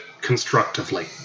constructively